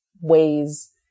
ways